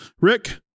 Rick